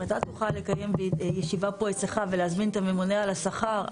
אם אתה תוכל לקיים ישיבה פה אצלך ולהזמין את הממונה על השכר,